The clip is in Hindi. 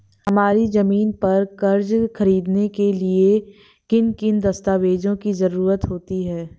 हमारी ज़मीन पर कर्ज ख़रीदने के लिए किन किन दस्तावेजों की जरूरत होती है?